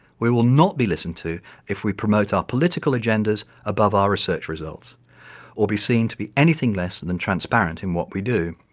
we will not be listened to if we promote our political agendas above our research results or be seen to be anything less than than transparent in what we do.